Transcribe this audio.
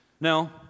Now